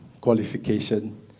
qualification